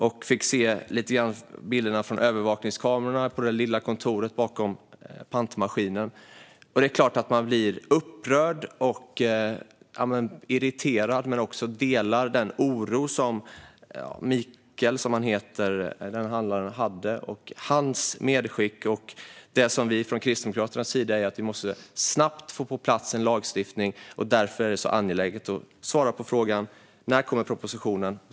Jag fick då se lite av bilderna från övervakningskamerorna i det lilla kontoret bakom pantmaskinen. Det är klart att man blir upprörd och irriterad. Men man delar också den oro som Mikael, som handlaren heter, känner. Hans medskick - och det som också vi från Kristdemokraterna tycker - är att vi snabbt måste få en lagstiftning på plats. Därför är det angeläget att ministern svarar på frågan: När kommer propositionen?